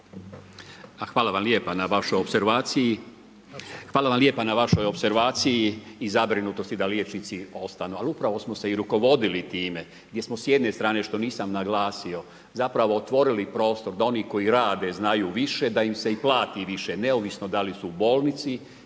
Hvala vam lijepo na vašoj opservaciji i zabrinutosti da liječnici ostanu. Ali upravo smo se i rukovodili time gdje smo s jedne strane što nisam naglasio zapravo otvorili prostor da oni koji rade znaju više da im se i plati više neovisno da li su u bolnici